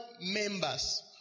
members